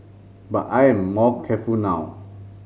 but I'm more careful now